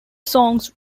songs